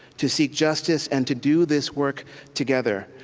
to seek justice and to do this work together.